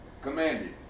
Commanded